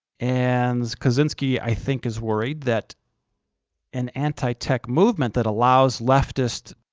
and kaczynski, i think, is worried that an anti-tech movement that allows leftists